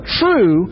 true